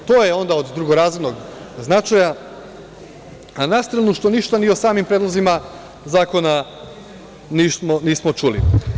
To je onda od drugorazrednog značaja, a na stranu što ništa ni o samim predlozima zakona nismo čuli.